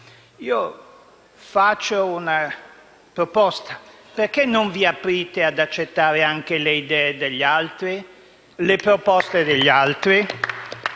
Faccio una proposta: perché non vi aprite ad accettare anche le idee degli altri, le proposte degli altri?